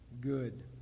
good